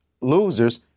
losers